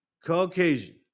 caucasian